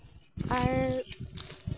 ᱟᱨ